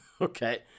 okay